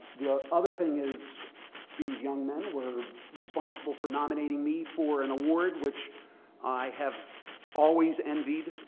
the other thing is these young men were responsible for nominating me for an award which i have always envied.